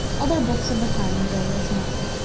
other books of the kind there was none.